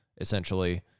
essentially